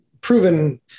proven